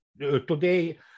today